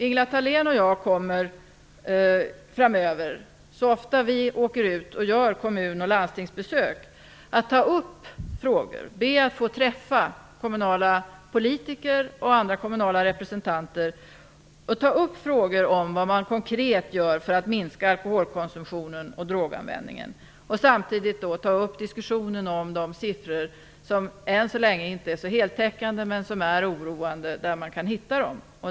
Ingela Thalén och jag kommer framöver - så ofta som vi gör kommun och landstingsbesök - att be att få träffa kommunala politiker och andra kommunala representanter. Då kommer vi att ta upp frågor om vad man konkret gör för att minska alkoholkonsumtionen och droganvändningen. Samtidigt kommer vi att ta upp diskussionen om de siffror som än så länge inte är heltäckande men som är oroande.